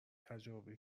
تجاربی